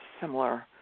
similar